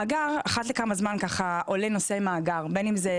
אחרת לכמה זמן עולה נושא המאגר, בין אם זה